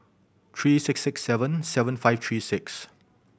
three six six seven seven five three six